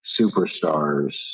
superstars